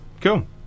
cool